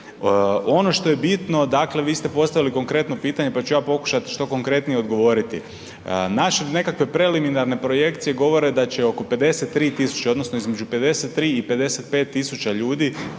Ono što je bitno dakle vi ste postavili konkretno pitanje, pa ću ja pokušati što konkretnije odgovoriti. Naše nekakve preliminarne projekcije govore da će oko 53.000 odnosno između 53 i 55 tisuća ljudi